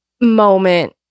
moment